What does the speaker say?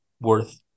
worth